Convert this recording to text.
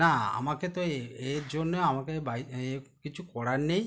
না আমাকে তো এর জন্য আমাকে এ কিচ্ছু করার নেই